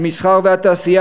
המסחר והתעשייה,